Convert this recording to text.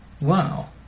wow